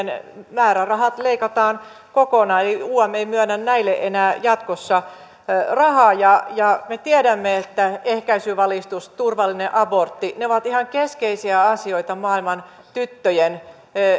määrärahat leikataan kokonaan eli um ei myönnä näille enää jatkossa rahaa me tiedämme että ehkäisyvalistus turvallinen abortti ovat ihan keskeisiä asioita maailman tyttöjen